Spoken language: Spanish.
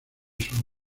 sus